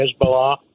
Hezbollah